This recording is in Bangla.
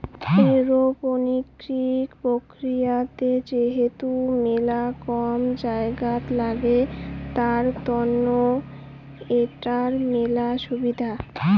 এরওপনিক্স প্রক্রিয়াতে যেহেতু মেলা কম জায়গাত লাগে, তার তন্ন এটার মেলা সুবিধা